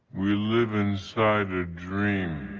we live inside a dream.